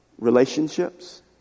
Relationships